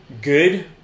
good